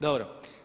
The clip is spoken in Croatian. Dobro.